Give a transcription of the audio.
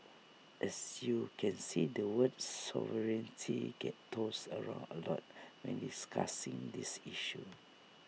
as you can see the word sovereignty gets tossed around A lot when discussing this issue